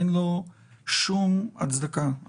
אין לו שום הצדקה.